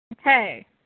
Okay